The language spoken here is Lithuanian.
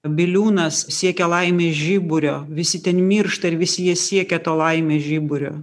biliūnas siekia laimės žiburio visi ten miršta ir visi jie siekia to laimės žiburio